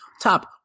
Top